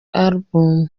album